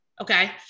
Okay